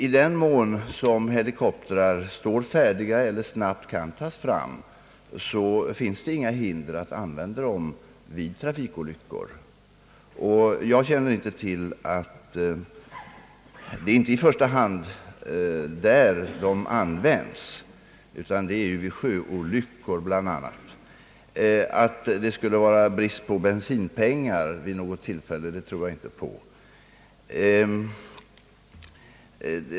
I den mån som helikoptrar står färdiga eller snabbt kan tas fram, finns det emellertid inga hinder att använda dem vid trafikolyckor. Det är dock inte i första hand vid sådana olyckor de används, utan vid sjöolyckor. Att det skulle råda brist på bensinpengar vid något tillfälle tror jag inte.